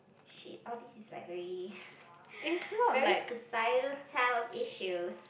!shit! all these is like very very societal type issues